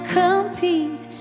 compete